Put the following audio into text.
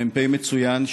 מ"פ מצוין,